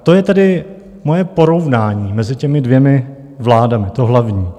To je tedy moje porovnání mezi těmi dvěma vládami, to hlavní.